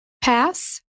pass